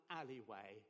alleyway